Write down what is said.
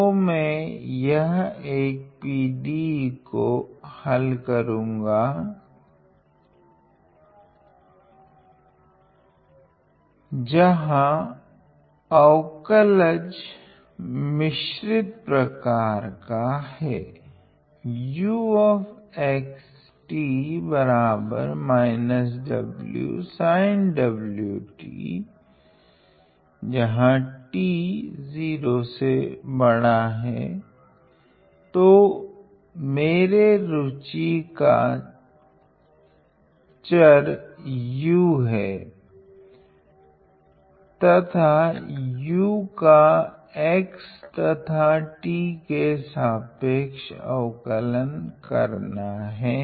तो मैं एक PDE को हल करुगा जहां अवकलज मिश्रित प्रकार का हैं तो मेरे रुचि का चार u है तथा u का x तथा t के सापेक्ष अवकलन करना हैं